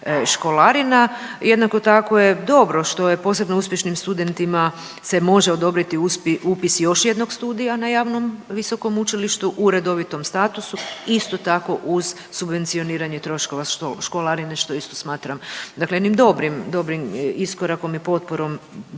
školarina. Jednako tako je dobro što je posebno uspješnim studentima se može odobriti upis još jednog studija na javnom visokom učilištu u redovitom statusu isto tako uz subvencioniranje troškova školarine što isto smatram dakle jednim dobrim, dobrim iskorakom i potporom,